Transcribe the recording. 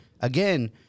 Again